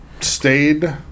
stayed